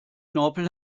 knorpel